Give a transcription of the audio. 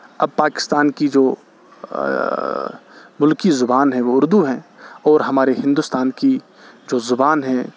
اب پاکستان کی جو ملکی زبان ہے وہ اردو ہے اور ہمارے ہندوستان کی جو زبان ہے